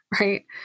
right